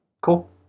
Cool